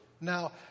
Now